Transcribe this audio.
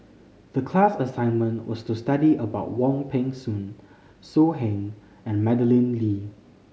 the class assignment was to study about Wong Peng Soon So Heng and Madeleine Lee